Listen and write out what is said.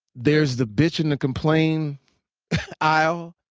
there's the bitch and the complaint aisle,